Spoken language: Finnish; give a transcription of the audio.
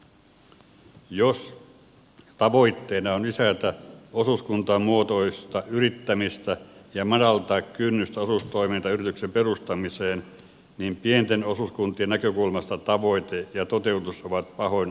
jos tavoitteena on lisätä osuuskuntamuotoista yrittämistä ja madaltaa kynnystä osuustoimintayrityksen perustamiseen niin pienten osuuskuntien näkökulmasta tavoite ja toteutus ovat pahoin ristiriidassa keskenään